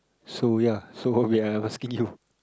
so ya so we are asking you